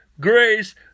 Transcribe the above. grace